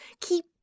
keep